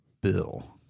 bill